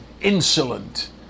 insolent